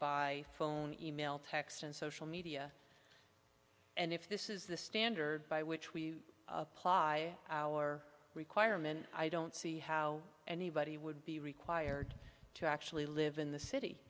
by phone email text and social media and if this is the standard by which we apply our requirement i don't see how anybody would be required to actually live in the city